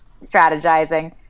strategizing